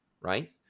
right